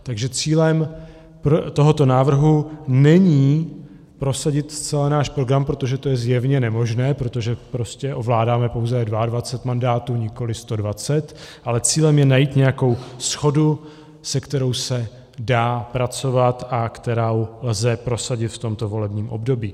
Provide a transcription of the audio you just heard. Takže cílem tohoto návrhu není prosadit zcela náš program, protože to je zjevně nemožné, protože prostě ovládáme pouze 22 mandátů, nikoliv 120, ale cílem je najít nějakou shodu, se kterou se dá pracovat a kterou lze prosadit v tomto volebním období.